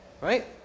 right